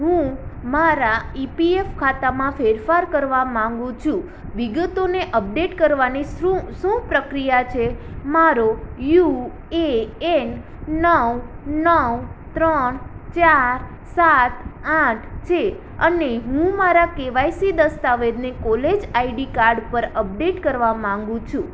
હું મારા ઇપીએફ ખાતામાં ફેરફાર કરવા માંગુ છું વિગતોને અપડેટ કરવાની શું શું પ્રક્રિયા છે મારો યુએએન નવ નવ ત્રણ ચાર સાત આઠ છે અને હું મારા કેવાયસી દસ્તાવેજને કોલેજ આઈડી કાર્ડ પર અપડેટ કરવા માંગુ છું